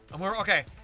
Okay